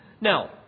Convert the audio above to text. Now